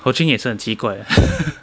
ho ching 也是很奇怪